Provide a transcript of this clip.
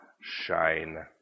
shine